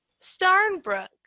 Starnbrook